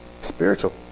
spiritual